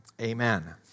Amen